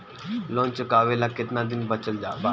Loan चुकावे ला कितना दिन बचल बा?